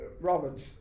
Roberts